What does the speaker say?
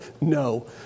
no